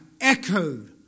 echoed